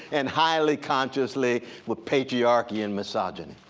and highly-consciously with patriarchy and misogyny.